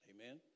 Amen